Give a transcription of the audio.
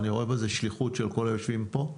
אני רואה בזה שליחות של כל היושבים פה.